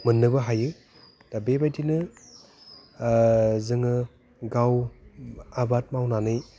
मोननोबो हायो दा बेबायदिनो जोङो गाव आबाद मावनानै